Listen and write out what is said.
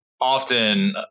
often